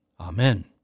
Amen